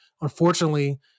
Unfortunately